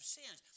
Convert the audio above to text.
sins